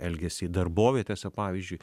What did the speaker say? elgesį darbovietėse pavyzdžiui